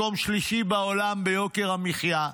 מקום שלישי בעולם ביוקר המחיה.